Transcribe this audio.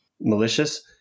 malicious